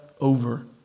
over